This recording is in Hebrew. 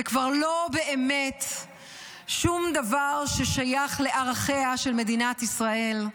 זה כבר באמת שום דבר ששייך לערכיה של מדינת ישראל.